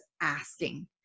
asking